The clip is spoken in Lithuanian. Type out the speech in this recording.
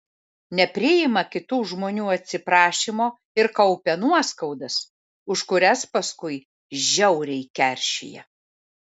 nepriima kitų žmonių atsiprašymo ir kaupia nuoskaudas už kurias paskui žiauriai keršija